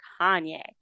Kanye